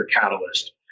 catalyst